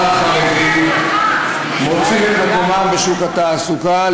החרדי מוצאים את מקומם בשוק התעסוקה.